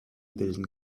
bilden